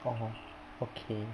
orh okay